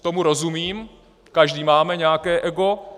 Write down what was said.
Tomu rozumím, každý máme nějaké ego.